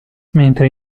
mentre